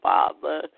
Father